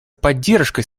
поддержкой